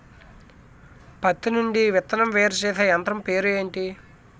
పత్తి నుండి విత్తనం వేరుచేసే యంత్రం పేరు ఏంటి